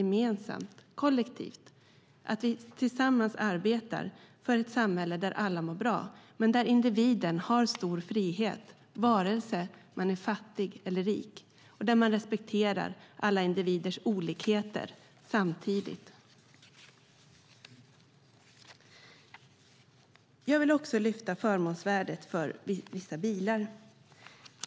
Det är viktigt att vi tillsammans arbetar för ett samhälle där alla mår bra men där individen har stor frihet antingen man är fattig eller rik och där allas olikheter samtidigt respekteras. Jag vill också lyfta upp förmånsvärdet för vissa bilar.